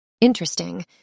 Interesting